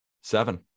Seven